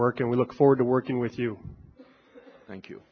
work and we look forward to working with you thank you